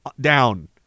down